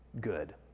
good